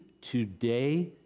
today